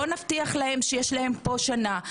בואו נבטיח להם שיש להם פה שנה.